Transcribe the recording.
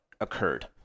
occurred